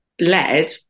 led